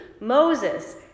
Moses